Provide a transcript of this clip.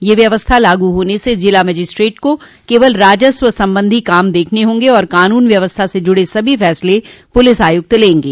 यह व्यवस्था लागू होने से जिला मजिस्ट्रेट को केवल राजस्व संबंधी काम देखने होंगे और कानून व्यवस्था से जुड़े सभी फैसले पुलिस आयुक्त लेंगे